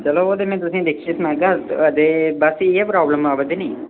चलो ओह् ते में तुसें ई दिक्खियै सनागा त अते बस इ'यै प्राब्लम आवै दी निं